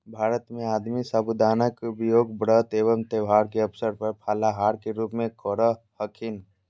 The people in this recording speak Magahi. भारत में आदमी साबूदाना के उपयोग व्रत एवं त्यौहार के अवसर पर फलाहार के रूप में करो हखिन